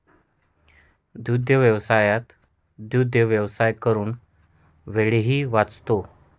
दुग्धव्यवसायात दुग्धव्यवसाय करून वेळही वाचतो